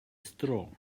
straw